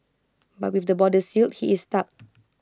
but with the borders sealed he is stuck